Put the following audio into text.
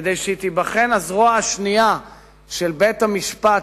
כדי שתיבחן הזרוע השנייה של בית-המשפט,